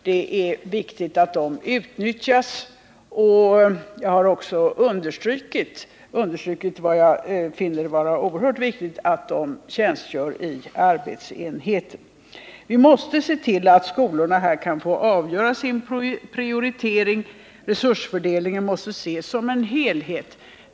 Det är viktigt att de utnyttjas, och jag har också understrukit vad jag finner viktigt, nämligen att de tjänstgör inom arbetsenheten. Vi måste se till att skolorna kan få göra sin egen prioritering. Resursfördelningen måste ses som en helhet.